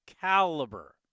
caliber